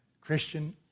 Christian